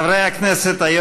חברי הכנסת,